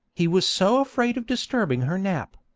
he was so afraid of disturbing her nap.